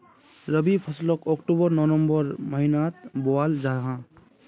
रबी फस्लोक अक्टूबर नवम्बर महिनात बोआल जाहा